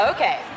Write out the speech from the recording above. Okay